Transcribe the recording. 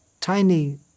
tiny